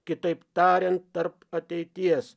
kitaip tariant tarp ateities